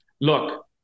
look